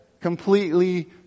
completely